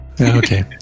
Okay